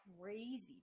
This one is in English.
crazy